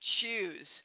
choose